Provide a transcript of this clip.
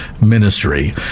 ministry